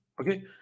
okay